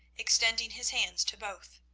extending his hands to both.